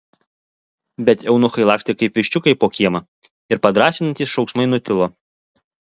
bet eunuchai lakstė kaip viščiukai po kiemą ir padrąsinantys šauksmai nutilo